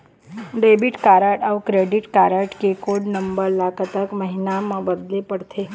Debit card अऊ credit card के code number ला कतक महीना मा बदले पड़थे?